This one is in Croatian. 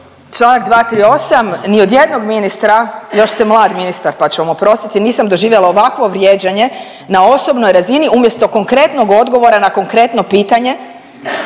Članak 238. Ni od jednog ministra, još ste mlad ministar, pa ću vam oprostiti nisam doživjela ovakvo vrijeđanje na osobnoj razini umjesto konkretnog odgovora na konkretno pitanje